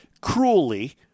cruelly